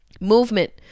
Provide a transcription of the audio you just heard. movement